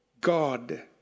God